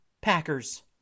Packers